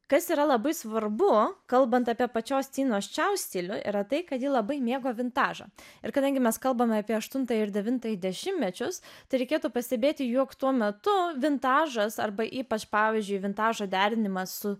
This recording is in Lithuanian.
kas yra labai svarbu kalbant apie pačios tinos čiau stilių yra tai kad ji labai mėgo vintažą ir kadangi mes kalbame apie aštuntą ir devintąjį dešimtmečius tai reikėtų pastebėti jog tuo metu vintažas arba ypač pavyzdžiui vintažo derinimas su